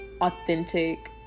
authentic